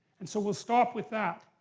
and so we'll stop with that.